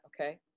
okay